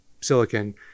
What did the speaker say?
silicon